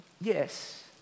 Yes